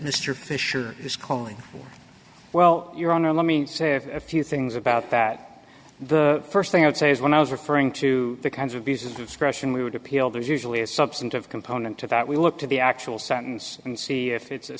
mr fisher is calling for well your honor let me say a few things about that the first thing i would say is when i was referring to the kinds of music expression we would appeal there's usually a substantive component to that we look to the actual sentence and see if it's a